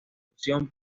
confusión